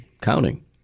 counting